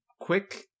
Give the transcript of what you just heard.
Quick